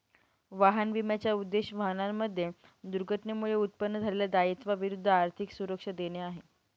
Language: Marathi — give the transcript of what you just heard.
वाहन विम्याचा उद्देश, वाहनांमध्ये दुर्घटनेमुळे उत्पन्न झालेल्या दायित्वा विरुद्ध आर्थिक सुरक्षा देणे आहे